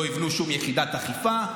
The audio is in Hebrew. לא יבנו שום יחידת אכיפה,